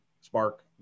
spark